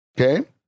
Okay